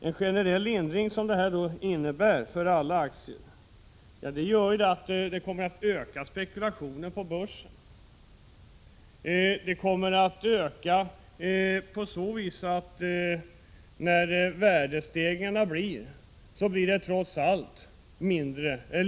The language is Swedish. En generell lindring, som förslaget innebär, kommer att öka spekulationerna på börsen på så vis att när det blir värdestegringar blir beskattningen trots allt lindrigare.